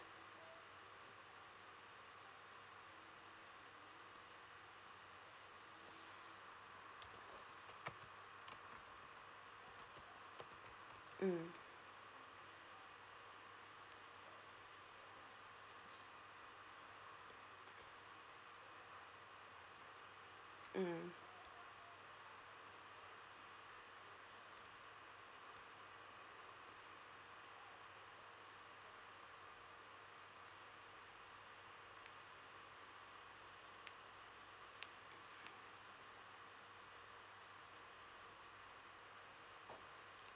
mm mm